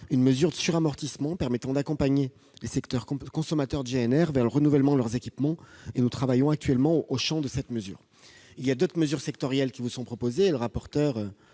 une mesure de suramortissement permettant d'accompagner les secteurs consommateurs de GNR vers le renouvellement de leurs équipements, et nous travaillons actuellement sur la définition du champ de cette mesure. D'autres mesures sectorielles vous sont proposées. M. le rapporteur